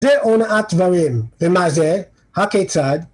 זה הונאת דברים, ומה זה? הכיצד?